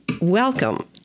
Welcome